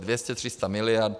Dvě stě, tři sta miliard.